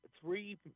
three